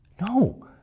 No